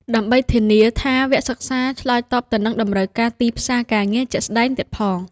ដើម្បីធានាថាវគ្គសិក្សាឆ្លើយតបទៅនឹងតម្រូវការទីផ្សារការងារជាក់ស្តែងទៀតផង។